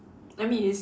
I mean it's